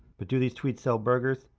but do these tweets sell burgers?